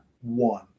one